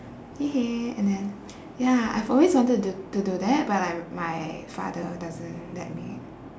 okay and then ya I've always wanted to to do that but like my father doesn't let me